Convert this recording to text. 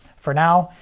for now,